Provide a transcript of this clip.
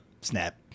Snap